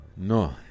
No